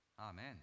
Amen